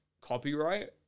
copyright